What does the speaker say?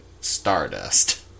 Stardust